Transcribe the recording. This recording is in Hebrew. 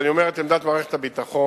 כשאני אומר את עמדת מערכת הביטחון,